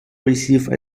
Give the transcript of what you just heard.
receive